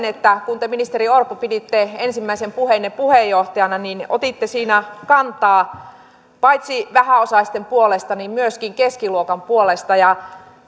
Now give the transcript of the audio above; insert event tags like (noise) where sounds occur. (unintelligible) että kun te ministeri orpo piditte ensimmäisen puheenne puheenjohtajana niin otitte siinä kantaa paitsi vähäosaisten puolesta niin myöskin keskiluokan puolesta